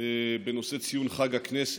בנושא ציון חג הכנסת.